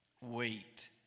Wait